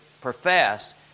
professed